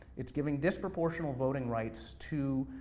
it's giving disproportional voting rights to,